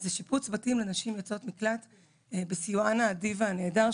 וזה שיפוץ בתים לנשים יוצאות מקלט בסיוע ארגון "אנה אדיבה" הנהדר,